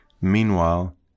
Meanwhile